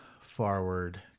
forward